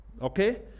Okay